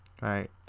right